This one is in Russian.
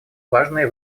важные